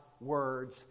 words